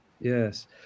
Yes